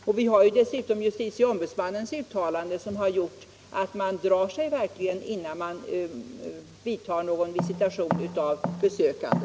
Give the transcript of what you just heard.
Dessutom finns justitieombudsmannens uttalande som har gjort att man verkligen drar sig för att vidta någon visitation av besökande.